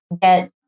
get